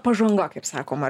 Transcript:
pažanga kaip sakoma